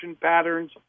patterns